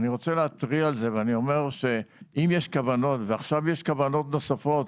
אני רוצה להתריע על זה ולומר שאם עכשיו יש כוונות נוספות,